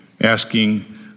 asking